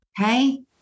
okay